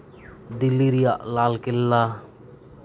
ᱫᱤᱞᱞᱤ ᱨᱮᱭᱟᱜ ᱞᱟᱞᱠᱮᱞᱞᱟ